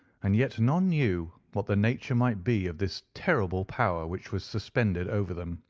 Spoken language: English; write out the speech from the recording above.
and yet none knew what the nature might be of this terrible power which was suspended over them.